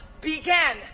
began